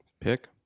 pick